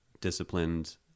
disciplined